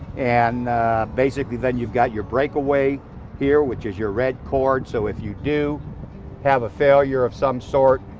and basically then you've got your breakaway here which is your red cord so if you do have a failure of some sort,